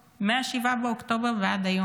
מ-7 באוקטובר ועד היום.